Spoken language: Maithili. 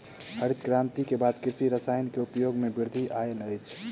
हरित क्रांति के बाद कृषि रसायन के उपयोग मे वृद्धि आयल अछि